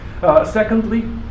Secondly